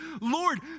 Lord